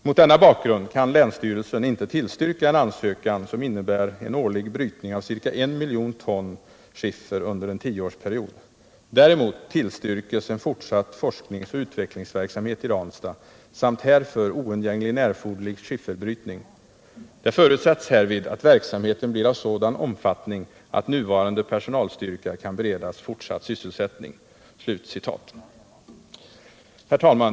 Mot denna bakgrund kan länsstyrelsen inte tillstyrka en ansökan som innebär en årlig brytning av cirka 1 miljon ton skiffer under en tioårsperiod. Däremot tillstyrkes en fortsatt forskningsoch utvecklingsverksamhet i Ranstad samt härför oundgängligen erforderlig skifferbrytning. Det förutsätts härvid att verksamheten blir av sådan omfattning att nuvarande personalstyrka kan beredas fortsatt sysselsättning.” Herr talman!